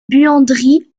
buanderie